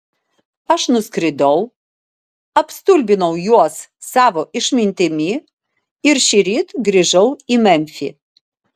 aš nuskridau apstulbinau juos savo išmintimi ir šįryt grįžau į memfį